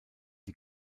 die